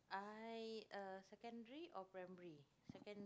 I uh secondary or primary